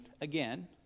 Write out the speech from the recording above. again